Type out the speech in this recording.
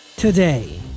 Today